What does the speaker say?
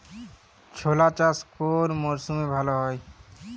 ছোলা চাষ কোন মরশুমে ভালো হয়?